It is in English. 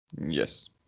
Yes